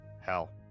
Hell